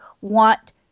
want